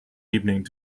evening